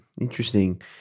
Interesting